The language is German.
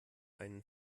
einen